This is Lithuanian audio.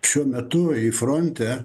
šiuo metu į fronte